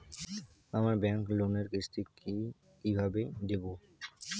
আমার ব্যাংক লোনের কিস্তি কি কিভাবে দেবো?